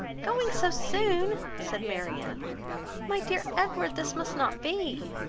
going so soon! said marianne my dear edward, this must not be.